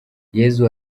yesu